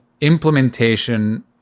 implementation